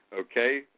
okay